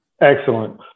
Excellent